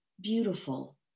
beautiful